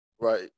Right